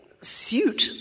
suit